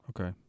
okay